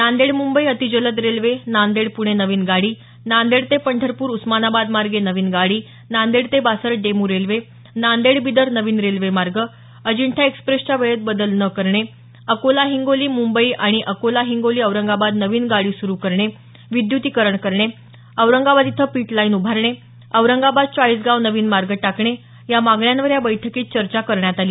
नांदेड मुंबई अतिजलद रेल्वे नांदेड पुणे नवीन गाडी नांदेड ते पंढरपूर उस्मानाबाद मार्गे नवीन गाडी नांदेड ते बासर डेमू रेल्वे नांदेड बिदर नवीन रेल्वेमार्ग अजिंठा एक्स्प्रेच्या वेळेत बदल न करणे अकोला हिंगोली मुंबई आणि अकोला हिंगोली औरंगाबाद नवीन गाडी सुरु करणे विद्युतीकरण करणं औरंगाबाद इथं पिट लाईन उभारणं औरंगाबाद चाळीसगाव नवीन मार्ग टाकणे या मागण्यांवर या बैठकीत चर्चा झाली